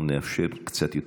אנחנו נאפשר קצת יותר.